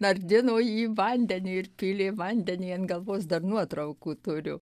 nardino į vandenį ir pylė vandenį ant galvos dar nuotraukų turiu